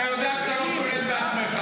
אתה יודע שאתה לא שולט בעצמך.